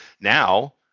now